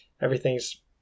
everything's